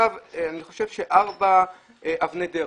קבענו ארבע אבני דרך.